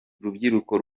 rubyiruko